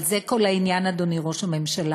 אבל זה כל העניין, אדוני ראש הממשלה,